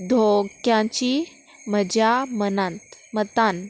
धोक्यांची म्हज्या मनांत मतान